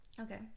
Okay